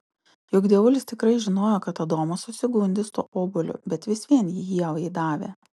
juk dievulis tikrai žinojo kad adomas susigundys tuo obuoliu bet vis vien jį ievai davė